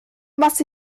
was